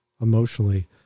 emotionally